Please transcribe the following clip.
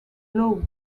blow